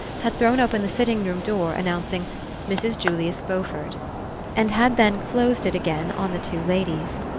had thrown open the sitting-room door, announcing mrs. julius beaufort and had then closed it again on the two ladies.